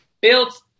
built